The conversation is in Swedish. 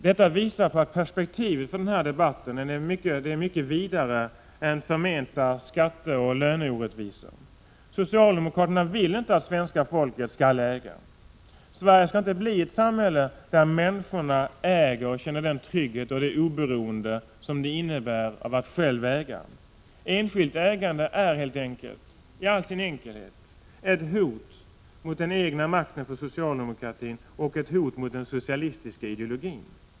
Detta visar att perspektivet i denna debatt är mycket vidare än att bara gälla förmenta skatteoch löneorättvisor. Socialdemokraterna vill inte att svenska folket skall äga. Sverige skall inte bli ett samhälle där människorna äger och känner den trygghet och det oberoende som det innebär att själv äga. Enskilt ägande är helt enkelt i all sin enkelhet ett hot mot den egna makten för socialdemokratin och ett hot mot den socialistiska ideologin.